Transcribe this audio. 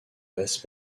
base